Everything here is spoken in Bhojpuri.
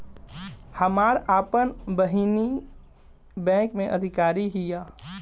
हमार आपन बहिनीई बैक में अधिकारी हिअ